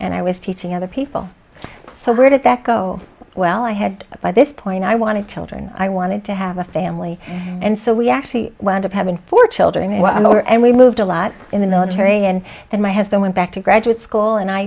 and i was teaching other people so where did that go well i had by this point i want to children i wanted to have a family and so we actually wound up having forty children well i'm older and we moved a lot in the military and then my husband went back to graduate school and i